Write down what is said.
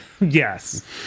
Yes